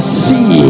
see